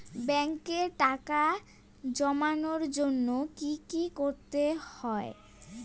ব্যাংকে টাকা জমানোর জন্য কি কি করতে হয়?